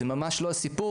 זה ממש לא הסיפור,